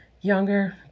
younger